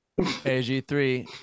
AG3